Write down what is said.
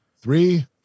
Three